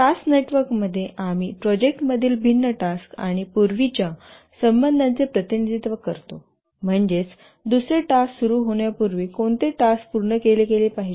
task नेटवर्कमध्ये आम्ही प्रोजेक्टमधील भिन्न टास्क आणि पूर्वीच्या संबंधांचे प्रतिनिधित्व करतो म्हणजेच दुसरे टास्क सुरू होण्यापूर्वी कोणते टास्क पूर्ण केले पाहिजे